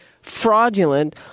fraudulent